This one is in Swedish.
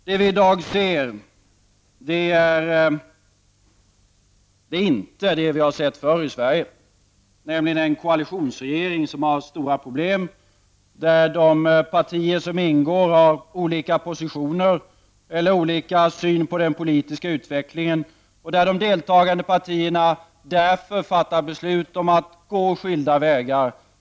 Det vi i dag ser är inte det vi har sett förr i Sverige, nämligen en koalitionsregering som har haft stora problem, där de partier som ingår har olika positioner eller olika syn på den politiska utvecklingen, och där de deltagande partierna därför fattar beslut om att gå skilda väger.